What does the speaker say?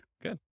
good